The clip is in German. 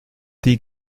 die